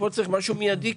צריך משהו מיידי.